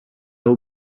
will